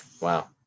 Wow